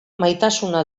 maitasuna